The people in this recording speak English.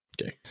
Okay